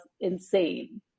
insane